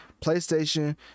PlayStation